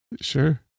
Sure